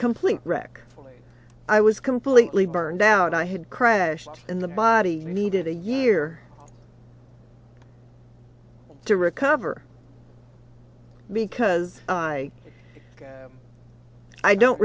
complete wreck i was completely burned out i had crashed in the body i needed a year to recover because i i don't